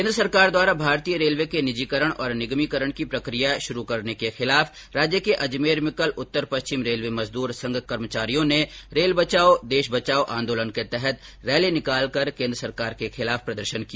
केंद्र सरकार द्वारा भारतीय रेलवे के निजीकरण और निगमीकरण की प्रक्रिया शुरु करने के खिलाफ राज्य के अजमेर में कल उत्तर पश्चिम रेलवे मजदूर संघ कर्मचारियों ने रेल बचाओ देश बचाओ आंदोलन के तहत रैली निकालकर केंद्र सरकार के खिलाफ प्रदर्शन किया